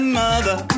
mother